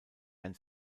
ein